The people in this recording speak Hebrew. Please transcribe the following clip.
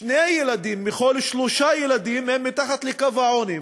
שני ילדים מכל שלושה ילדים הם מתחת לקו העוני.